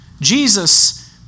Jesus